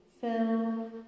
fill